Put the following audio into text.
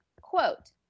quote